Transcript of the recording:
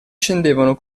scendevano